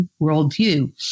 worldview